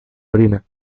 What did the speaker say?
orina